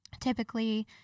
typically